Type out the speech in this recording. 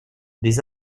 des